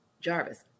Jarvis